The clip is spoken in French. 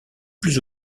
plus